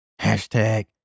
Hashtag